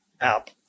app